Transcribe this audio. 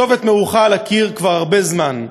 הכתובת מרוחה על הקיר כבר הרבה זמן.